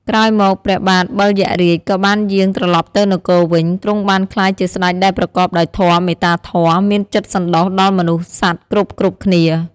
ក្រោយមក ព្រះបាទបិលយក្សរាជក៏បានយាងត្រឡប់ទៅនគរវិញ ទ្រង់បានក្លាយជាស្តេចដែលប្រកបដោយធម៌ មេត្តាធម៌ មានចិត្តសណ្ដោសដល់មនុស្សសត្វគ្រប់ៗគ្នា។